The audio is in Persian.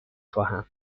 خواهم